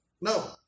No